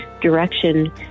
direction